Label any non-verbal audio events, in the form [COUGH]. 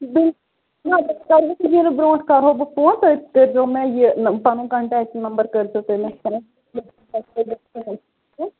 [UNINTELLIGIBLE] ینہ برونٛٹھ کرہو بہٕ فون تُہۍ کٔرۍ زیٚو مےٚ یہِ پَنُن کَنٹیٚکٹ نمبر کٔرۍ زیٚو تُہۍ مےٚ سیٚنڈ [UNINTELLIGIBLE]